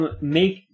make